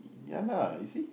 ya lah you see